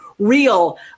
real